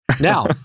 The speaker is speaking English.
now